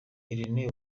irene